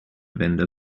vendor